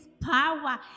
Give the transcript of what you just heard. power